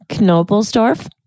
Knobelsdorf